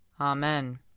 Amen